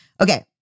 Okay